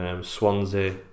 Swansea